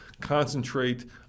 concentrate